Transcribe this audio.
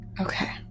Okay